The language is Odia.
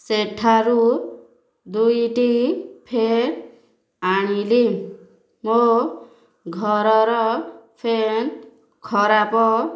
ସେଠାରୁ ଦୁଇଟି ଫେନ୍ ଆଣିଲି ମୋ ଘରର ଫେନ୍ ଖରାପ